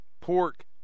pork